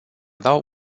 dau